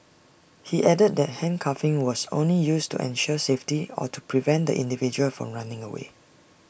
he added that handcuffing was only used to ensure safety or to prevent the individual from running away